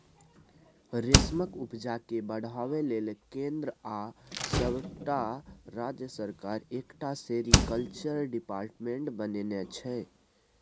रेशमक उपजा केँ बढ़ाबै लेल केंद्र आ सबटा राज्य सरकार एकटा सेरीकल्चर डिपार्टमेंट बनेने छै